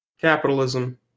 capitalism